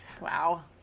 Wow